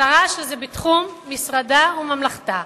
השרה שזה בתחום משרדה וממלכתה,